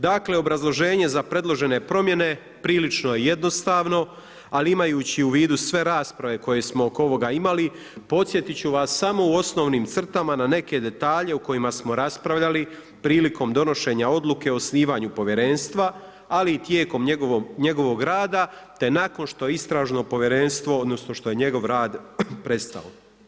Dakle obrazloženje za predložene promjene prilično je jednostavno, ali imajući u vidu sve rasprave koje smo oko ovoga imali, podsjetit ću vas samo u osnovnim crtama na neke detalje o kojima smo raspravljali prilikom donošenja odluke o osnivanju povjerenstva, ali tijekom njegovog rada te nakon što je istražno povjerenstvo, odnosno što je njegov rad prestao.